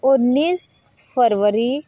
उन्नीस फरवरी